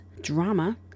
drama